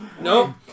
No